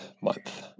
month